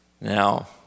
Now